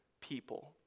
people